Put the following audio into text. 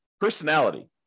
personality